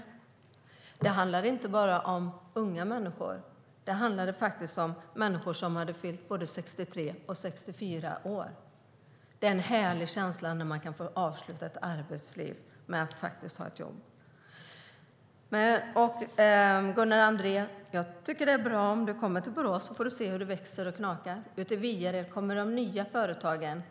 Och det handlade inte bara om unga människor. Det handlade faktiskt om människor som fyllt både 63 och 64 år. Det är en härlig känsla när man kan få ha ett jobb de sista åren före pension. Gunnar Andrén! Det är bra om du kommer till Borås och får se hur det växer och knakar. Ute i Viared blomstrar de nya företagen.